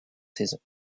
saison